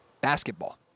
basketball